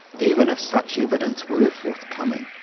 even if such evidence were forthcoming,